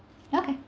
okay